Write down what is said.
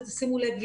תשימו לב,